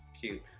cute